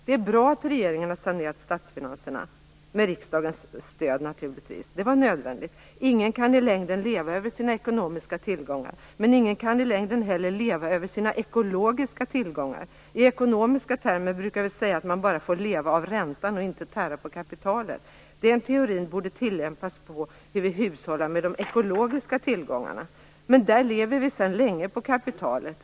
Det är bra att regeringen har sanerat statsfinanserna - med riksdagens stöd naturligtvis. Det var nödvändigt. Ingen kan i längden leva över sina ekonomiska tillgångar. Men ingen kan i längden leva över sina ekologiska tillgångar heller. I ekonomiska termer brukar vi säga att man bara får leva av räntan och inte tära på kapitalet. Den teorin borde tillämpas på hur vi hushållar med de ekologiska tillgångarna, men vi lever sedan länge på kapitalet.